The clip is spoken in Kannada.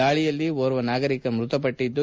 ದಾಳಿಯಲ್ಲಿ ಓರ್ವ ನಾಗರಿಕ ಮೃತಪಟ್ಟದ್ದು